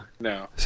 No